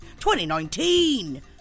2019